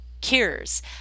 cures